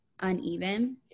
uneven